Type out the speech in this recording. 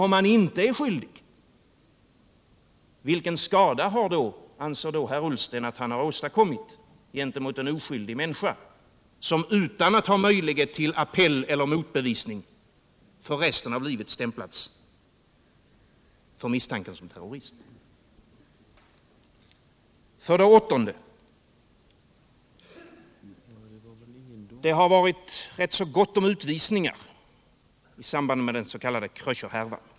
Om Hunter nu var oskyldig, vilken skada har herr Ullsten då åstadkommit mot en oskyldig människa som utan att ha möjlighet till appell eller motbevisning för resten av livet stämplas för misstanke om att vara terrorist? 8. Det har varit rätt gott om utvisningar i samband med den s.k. Kröcherhärvan.